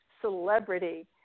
celebrity